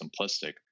simplistic